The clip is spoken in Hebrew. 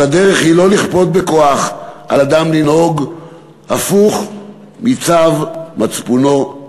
הדרך היא לא לכפות בכוח על אדם לנהוג הפוך מצו מצפונו.